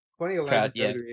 2011